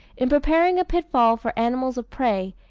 in preparing a pitfall for animals of prey,